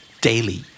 Daily